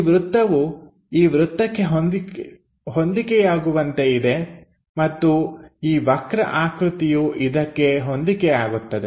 ಈ ವೃತವು ಈ ವೃತ್ತಕ್ಕೆ ಹೊಂದಿಕೆಯಾಗುವಂತೆ ಇದೆ ಮತ್ತು ಈ ವಕ್ರ ಆಕೃತಿಯು ಇದಕ್ಕೆ ಹೊಂದಿಕೆ ಆಗುತ್ತಿದೆ